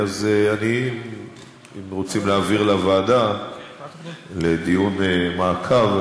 אם רוצים להעביר לוועדה לדיון מעקב,